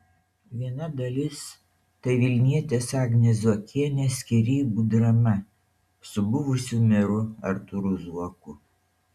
viena dalis tai vilnietės agnės zuokienės skyrybų drama su buvusiu meru artūru zuoku